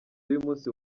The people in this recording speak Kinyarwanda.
y’umunsi